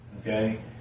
Okay